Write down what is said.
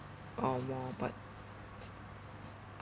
or more but